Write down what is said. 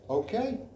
Okay